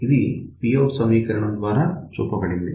కాబట్టి Pout ఈ సమీకరణం ద్వారా చూపబడింది